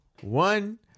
one